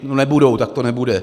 No, nebudou, tak to nebude.